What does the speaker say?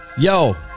Yo